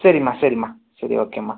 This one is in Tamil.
சரிம்மா சரிம்மா சரி ஓகேம்மா